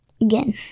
Again